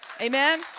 Amen